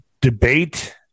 debate